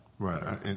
Right